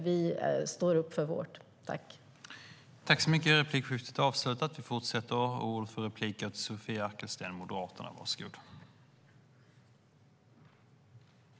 Vi står upp för vårt sätt.